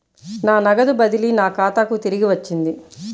నా నగదు బదిలీ నా ఖాతాకు తిరిగి వచ్చింది